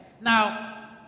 Now